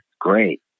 great